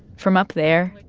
from up there,